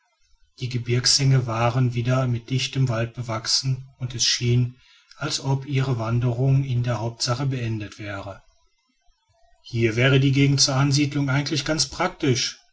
die gebirgshänge waren wieder mit dichten wald bewachsen und es schien als ob ihre wanderung in der hauptsache beendet wäre hier wäre die gegend zur ansiedelung eigentlich ganz praktisch